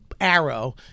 arrow